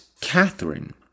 Catherine